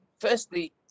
firstly